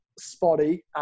spotty